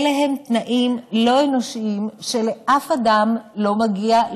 אלה הם תנאים לא אנושיים שלאף אדם לא מגיע,